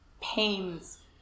pains